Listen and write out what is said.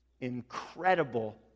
Incredible